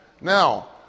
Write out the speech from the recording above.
Now